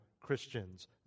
Christians